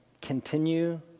continue